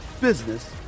business